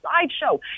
sideshow